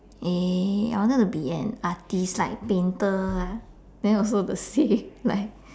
uh I wanted to be an artist like painter ah then also the same like